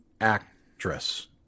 actress